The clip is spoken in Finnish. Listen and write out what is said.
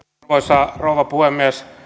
arvoisa rouva puhemies